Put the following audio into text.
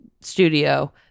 studio